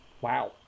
Wow